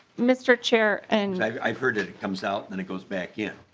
mister chair and i heard it it comes out and it goes back in.